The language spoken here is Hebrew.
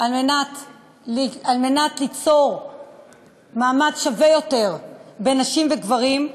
על מנת ליצור מעמד שווה יותר בין נשים לגברים.